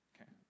Okay